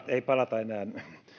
ei palata enää